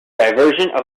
diversion